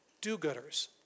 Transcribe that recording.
do-gooders